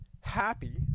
happy